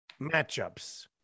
matchups